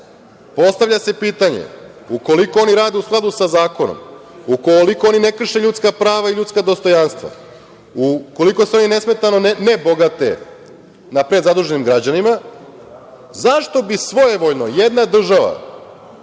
dinara. Postavlja se pitanje, ukoliko oni rade u skladu sa zakonom, ukoliko oni ne krše ljudska prava i ljudska dostojanstva, ukoliko se oni nesmetano ne bogate na prezaduženim građanima, zašto bi svojevoljno jedna država